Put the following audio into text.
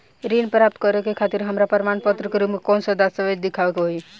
ऋण प्राप्त करे के खातिर हमरा प्रमाण के रूप में कउन से दस्तावेज़ दिखावे के होइ?